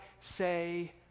say